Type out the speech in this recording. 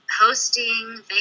hosting